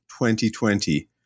2020